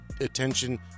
attention